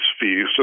fees